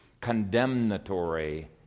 condemnatory